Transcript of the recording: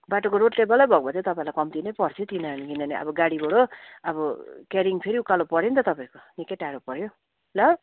बाटोको रोड लेभलै भएको भए चाहिँ तपाईँलाई कम्ती नै पर्थ्यो किनभने किनभने अब गाडीबाट अब क्यारिङ फेरि उकालो पऱ्यो नि त तपाईँहरूको निकै टाढो पऱ्यो ल